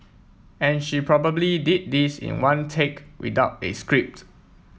and she probably did this in one take without a script